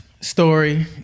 Story